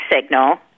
signal